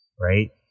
Right